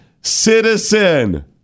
citizen